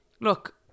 look